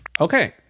Okay